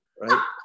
right